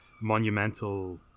monumental